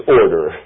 order